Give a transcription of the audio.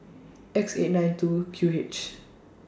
X eight nine two Q H